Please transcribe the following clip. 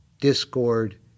discord